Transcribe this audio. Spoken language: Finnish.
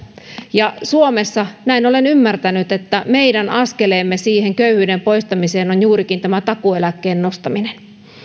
ja suomessa näin olen ymmärtänyt meidän askeleemme siihen köyhyyden poistamiseen on juurikin tämä takuueläkkeen nostaminen